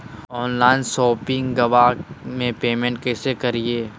Online शोपिंगबा में पेमेंटबा कैसे करिए?